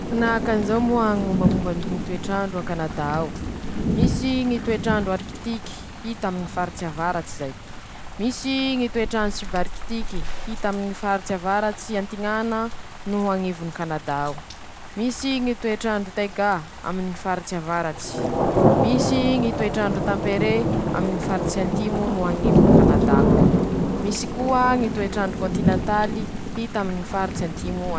Manahakan'izao moa Ñy mombamomba ny ñy toetr'andro a Kanadà ao: Misy ñy toetr'andro arikitiky hita aminy ñy faritsy avaratsy zay, misy ñy toetr'andro sibarikitiky hita aminy ñy faritsy avaratsy antiñana no añivon'ny Kanadà ao, misy ñy toetr'andro taiga aminy ñy faritsy avaratsy, misy ñy toetr'andro tamperé aminy ñy faritsy antimo no añivony kanadà koa, misy koa ñy toetr'andro kôntinantaly hita aminy ñy faritsy antimo.